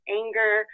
anger